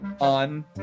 on